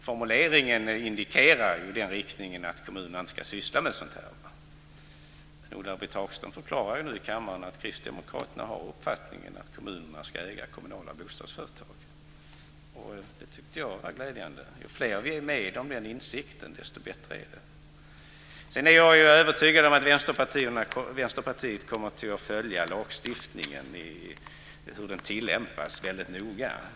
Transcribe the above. Formuleringen indikerar riktningen att kommunerna inte ska syssla med sådant här, och Ulla-Britt Hagström förklarar nu i kammaren att Kristdemokraterna har uppfattningen att kommunerna ska äga kommunala bostadsföretag. Det tycker jag var glädjande. Ju fler vi är med om den insikten, desto bättre är det. Jag är övertygad om att Vänsterpartiet noga kommer att följa hur lagstiftningen tillämpas.